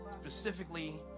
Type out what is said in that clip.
specifically